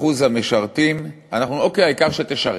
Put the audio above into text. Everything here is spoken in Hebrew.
אחוז המשרתים, אנחנו: אוקיי, העיקר שתשרת.